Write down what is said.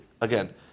Again